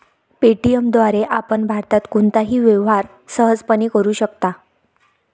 Paytm द्वारे आपण भारतात कोणताही व्यवहार सहजपणे करू शकता